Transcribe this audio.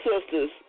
sisters